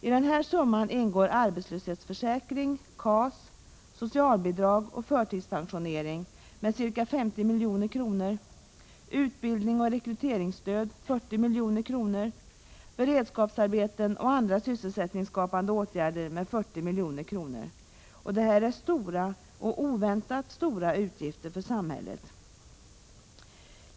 I den här summan ingår arbetslöshetsförsäkring, KAS, socialbidrag och förtidspensionering med ca 50 milj.kr., utbildning och rekryteringsstöd med ca 40 milj.kr., beredskapsarbeten och andra sysselsättningsskapande åtgärder med 40 milj.kr. Detta är oväntat stora utgifter för samhället.